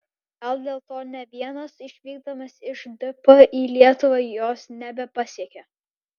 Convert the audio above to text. gal dėl to ne vienas išvykdamas iš dp į lietuvą jos nebepasiekė